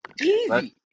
Easy